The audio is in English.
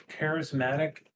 charismatic